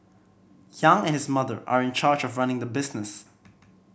Yang and his mother are in charge of running the business